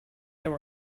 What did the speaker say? there